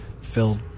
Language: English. filled